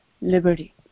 liberty